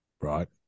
right